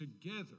together